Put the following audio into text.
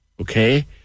okay